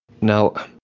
Now